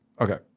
okay